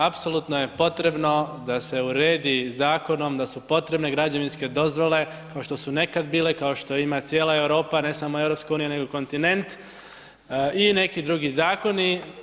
Apsolutno je potrebno, da se uredi zakonom, da su potrebne građevinske dozvole, kao što su nekada bile, kao što ima cijela Europa, ne samo EU, nego kontinent i neki drugi zakoni.